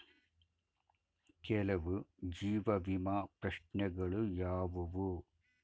ಕೆಲವು ಜೀವ ವಿಮಾ ಪ್ರಶ್ನೆಗಳು ಯಾವುವು?